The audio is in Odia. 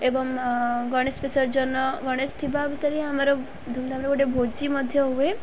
ଏବଂ ଗଣେଶ ବିସର୍ଜନ ଗଣେଶ ଥିବା ବିଷୟରେ ଆମର ଧୁମଧାମରେ ଗୋଟେ ଭୋଜି ମଧ୍ୟ ହୁଏ